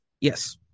yes